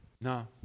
No